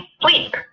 sleep